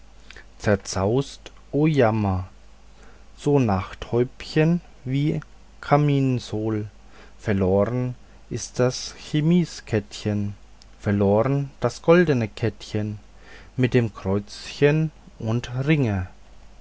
zerzaust o jammer so nachthäubchen wie kamisol verloren ist das chemisettchen verloren das goldne kettchen mit dem kreuzchen und ringe